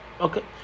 Okay